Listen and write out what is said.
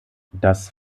das